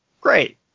great